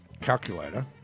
calculator